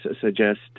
suggest